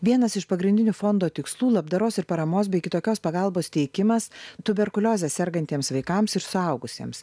vienas iš pagrindinių fondo tikslų labdaros ir paramos bei kitokios pagalbos teikimas tuberkulioze sergantiems vaikams ir suaugusiems